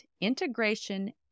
integration